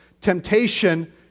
temptation